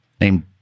named